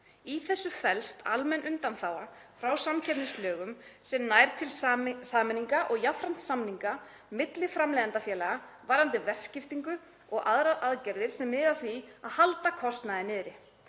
Í þessu felst almenn undanþága frá samkeppnislögum sem nær til sameininga og jafnframt samninga milli framleiðendafélaga varðandi verkaskiptingu og aðrar aðgerðir sem miða að því að halda kostnaði niðri.